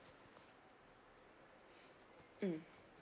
mm